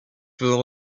faisant